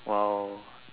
!wow!